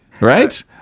Right